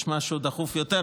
יש משהו דחוף יותר,